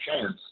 chance